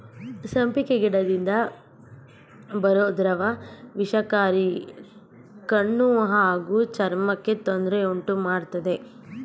ಸಂಪಿಗೆ ಗಿಡದಿಂದ ಬರೋ ದ್ರವ ವಿಷಕಾರಿ ಕಣ್ಣು ಹಾಗೂ ಚರ್ಮಕ್ಕೆ ತೊಂದ್ರೆ ಉಂಟುಮಾಡ್ತದೆ